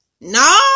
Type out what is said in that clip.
no